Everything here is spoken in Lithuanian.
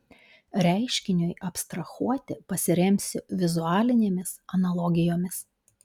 reiškiniui abstrahuoti pasiremsiu vizualinėmis analogijomis